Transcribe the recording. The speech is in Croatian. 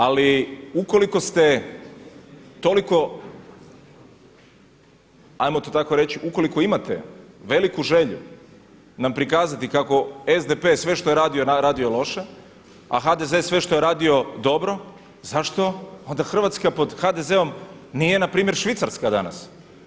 Ali ukoliko ste toliko ajmo to tako reći, ukoliko imate veliku želju nam prikazati kako SDP sve što je radio, radio je loše, a HDZ sve što je radio dobro, zašto onda Hrvatska pod HDZ-om nije npr. Švicarska danas.